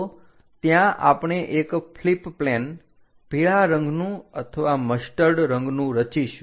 તો ત્યાં આપણે એક ફ્લિપ પ્લેન પીળા રંગનું અથવા મસ્ટર્ડ રંગનું રચીશું